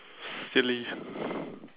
silly